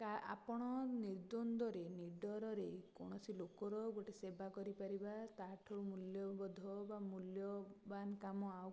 କା ଆପଣ ନିର୍ଦ୍ୱନ୍ଦରେ ନୀଡ଼ରରେ କୌଣସି ଲୋକର ଗୋଟେ ସେବା କରିପାରିବା ତାଠୁ ମୂଲ୍ୟବୋଧ ବା ମୂଲ୍ୟବାନ୍ କାମ ଆଉ